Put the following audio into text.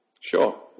Sure